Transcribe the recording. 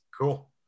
Cool